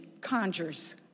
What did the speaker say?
conjures